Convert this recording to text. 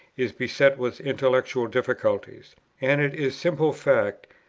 is beset with intellectual difficulties and it is simple fact,